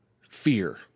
fear